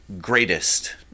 greatest